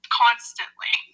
constantly